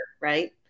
right